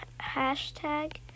hashtag